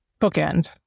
bookend